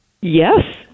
Yes